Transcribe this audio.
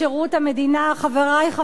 חברי חברי הכנסת,